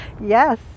Yes